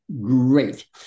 Great